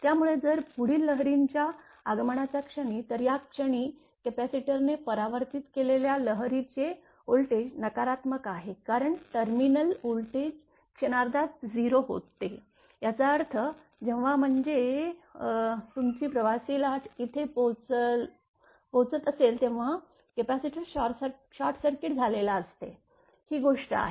त्यामुळे जर पुढील लहरींच्या आगमनाच्या क्षणी तर या क्षणी कपॅसिटरने परावर्तित केलेल्या लहरी चे व्होल्टेज नकारात्मक आहे कारण टर्मिनल व्होल्टेज क्षणार्धात 0 होते याचा अर्थ जेव्हा म्हणजे तुमची प्रवासी लाट इथे पोहोचत असते तेव्हा कपॅसिटर शॉर्टसर्किट झालेली असते ही गोष्ट आहे